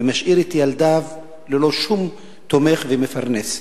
ומשאיר את ילדיו ללא שום תומך ומפרנס,